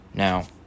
Now